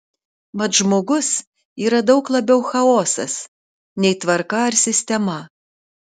mat žmogus yra daug labiau chaosas nei tvarka ar sistema